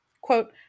quote